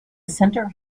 center